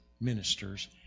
ministers